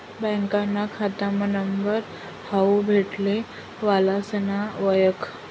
बँकाना खातामा नंबर हावू भेटले वालासना वयख